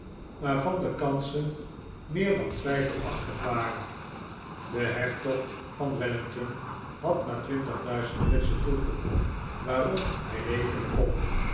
waarvan de kansen meer dan twijfelachtig waren de hertog van wellington had maar twintig duizend britsche troepen waarop hij rekenen kon